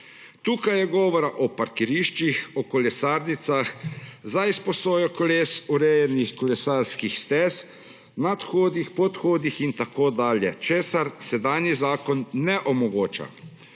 Tukaj je govora o parkiriščih, o kolesarnicah za izposojo koles, urejenih kolesarskih stez, nadhodih, podhodih in tako dalje, česar sedanji zakon ne omogoča.